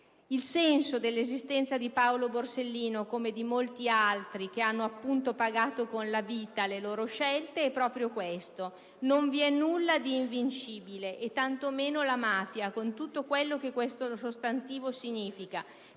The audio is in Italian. Il senso dell'esistenza di Paolo Borsellino, come di molti altri che hanno pagato con la vita le loro scelte, è proprio questo: non vi è nulla di invincibile, tanto meno la mafia, con tutto quello che questo sostantivo significa.